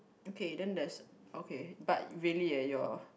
okay then there's okay but really eh your